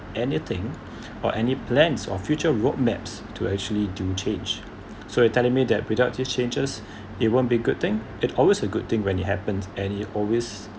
anything or any plans or future road maps to actually do change so you're telling me that productive changes it won't be good thing it's always a good thing when it happened and it always